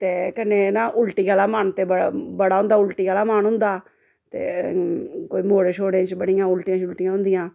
ते कन्नै ते नां उल्टी आह्ला मन ते बड़ा होंदा उल्टी आह्ला मन होंदा ते कोई मोड़ें शोड़ें च बड़ियां उल्टियां शुल्टियां होंदियां